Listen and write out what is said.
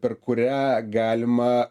per kurią galima